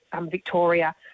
victoria